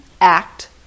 act